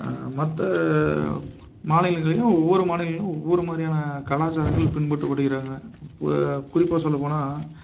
மற்ற மாநிலங்களிலேயும் ஒவ்வொரு மாநிலங்கள்லேயும் ஒவ்வொரு மாதிரியான கலாச்சாரங்கள் பின்பற்றப்படுகிறாங்க இப்போ குறிப்பாக சொல்லப்போனால்